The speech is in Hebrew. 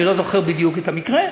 אני לא זוכר בדיוק את המקרה,